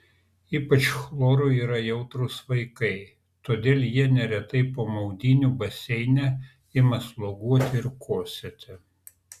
ypač chlorui yra jautrūs vaikai todėl jie neretai po maudynių baseine ima sloguoti ir kosėti